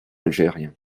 algérien